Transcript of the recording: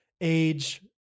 age